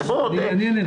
תענה לי.